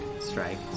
strike